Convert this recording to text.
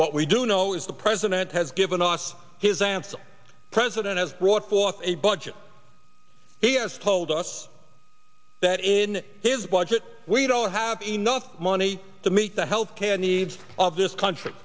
what we do know is the president has given us his answer president has brought forth a budget he has told us that in his budget we don't have enough money to meet the health can needs of this country